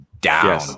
down